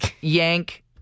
Yank